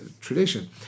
tradition